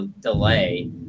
delay